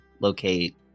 locate